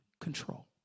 control